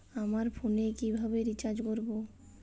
আমার ফোনে কিভাবে রিচার্জ করবো?